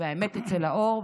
והאמת תצא לאור,